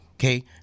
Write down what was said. Okay